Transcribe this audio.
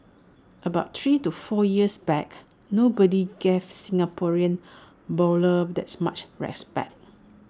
about three to four years back nobody gave Singaporean bowlers that much respect